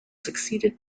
succeeded